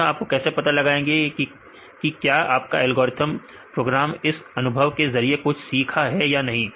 तो यह आप कैसे पता लगाएंगे कि क्या आपका एल्गोरिथ्म प्रोग्राम इस अनुभव के जरिए कुछ सीखा है कि नहीं